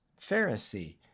Pharisee